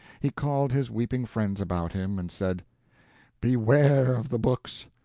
he called his weeping friends about him, and said beware of the books.